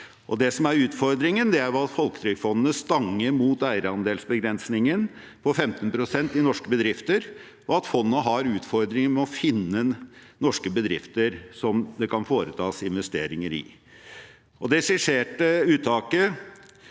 Det som er utfordringen, er at Folketrygdfondet stanger mot eierandelsbegrensningen på 15 pst. i norske bedrifter, og at fondet har utfordringer med å finne norske bedrifter som det kan foretas investeringer i. Det skisserte uttaket,